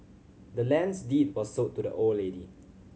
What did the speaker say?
the land's deed was sold to the old lady